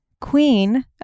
queen